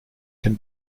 can